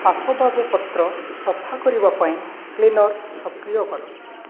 ଆସବାବପତ୍ର ସଫା କରିବା ପାଇଁ କ୍ଲିନର୍ ସକ୍ରିୟ କର